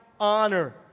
honor